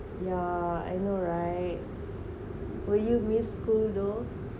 yeah I know right will you miss school !duh!